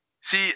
See